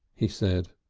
he said.